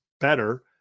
better